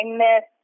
miss